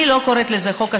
אני לא קוראת לזה "חוק השתקה",